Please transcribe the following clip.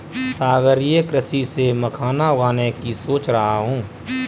सागरीय कृषि से मखाना उगाने की सोच रहा हूं